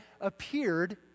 appeared